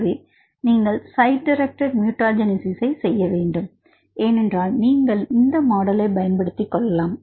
எனவே நீங்கள் site directed mutagenesis செய்ய வேண்டும் என்றால் நீங்கள் இந்த மாடலை பயன்படுத்திக்கொள்ளலாம்